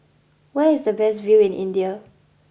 where is the best view in India